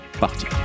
parti